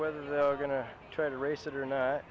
whether they are going to try to race it or not